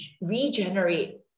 regenerate